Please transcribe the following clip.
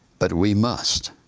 but we must.